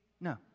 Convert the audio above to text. No